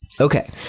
Okay